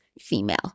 female